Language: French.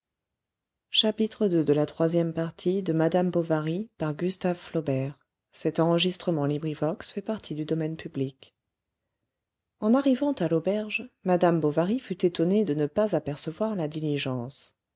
en arrivant à l'auberge madame bovary fut étonnée de ne pas apercevoir la diligence